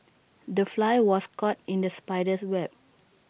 the fly was caught in the spider's web